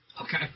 Okay